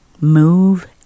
move